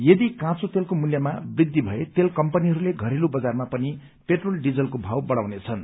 यदि काँचो तेलको मूल्यमा वृद्धि भए तेल कम्पनीहरूले घरेलू बजारमा पनि पेट्रोल डिजलको भाव बढ़ाउनेछन्